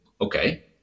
okay